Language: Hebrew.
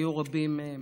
היו רבים מהם.